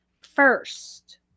first